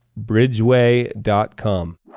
bridgeway.com